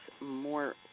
more